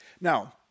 Now